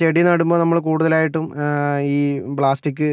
ചെടി നടുമ്പോൾ നമ്മൾ കൂടുതലായിട്ടും ഈ പ്ലാസ്റ്റിക്